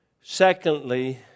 Secondly